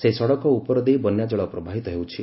ସେହି ସଡ଼କ ଉପର ଦେଇ ବନ୍ୟା ଜଳ ପ୍ରବାହିତ ହେଉଛି